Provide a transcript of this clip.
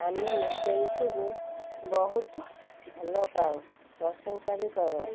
ଆମେ ନୃତ୍ୟ ଗୀତକୁ ବହୁତ ଭଲ ପାଉ ପ୍ରଶଂସା ବି କରୁ